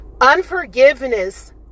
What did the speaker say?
Unforgiveness